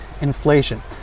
inflation